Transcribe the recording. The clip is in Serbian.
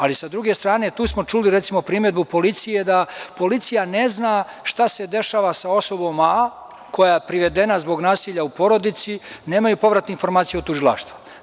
Ali, sa druge strane, tu smo čuli, recimo, primedbu policije da policija ne zna šta se dešava sa osobom koja je privedena zbog nasilja u porodici, nemaju povratne informacije od tužilaštva.